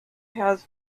has